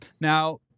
Now